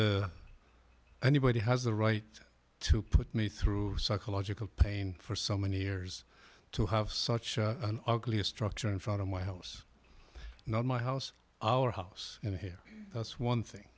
the anybody has the right to put me through psychological pain for so many years to have such an ugly structure in front of my house not my house our house in here that's one thing